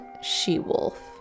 she-wolf